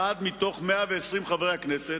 אחד מתוך 120 חברי הכנסת,